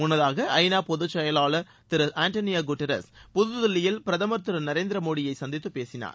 முன்னதாக ஐநா பொதுச்செயலர் திரு ஆண்டளியா குட்ரஸ் புதுதில்லியில் பிரதமர் திரு நரேந்திரமோடியை சந்தித்து பேசினார்